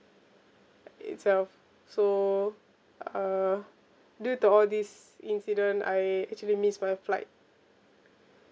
itself so uh due to all this incident I actually missed my flight